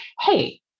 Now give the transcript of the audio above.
hey